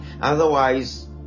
otherwise